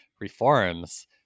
reforms